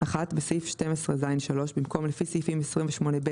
(1)בסעיף 12ז(3), במקום "לפי סעיפים 28(ב),